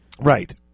Right